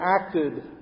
acted